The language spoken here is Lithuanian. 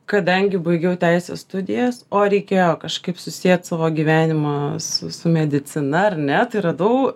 kadangi baigiau teisės studijas o reikėjo kažkaip susiet savo gyvenimą su su medicina ar ne tai radau